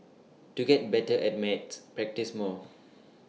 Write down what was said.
to get better at maths practise more